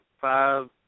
five